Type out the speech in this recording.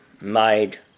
made